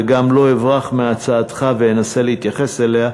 וגם לא אברח מהצעתך ואנסה להתייחס אליה,